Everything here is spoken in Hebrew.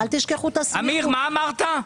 אמיר, מה אמרת?